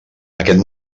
aquest